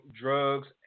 drugs